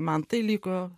man tai liko